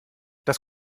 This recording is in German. das